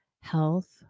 health